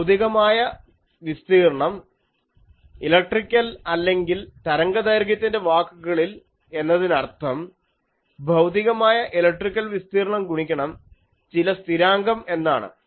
ഭൌതികമായ വിസ്തീർണ്ണം ഇലക്ട്രിക്കൽ അല്ലെങ്കിൽ തരംഗദൈർഘ്യത്തിൻ്റെ വാക്കുകളിൽ എന്നതിനർത്ഥം ഭൌതികമായ ഇലക്ട്രിക്കൽ വിസ്തീർണ്ണം ഗുണിക്കണം ചില സ്ഥിരാംഗം എന്നാണ്